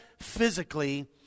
physically